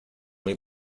muy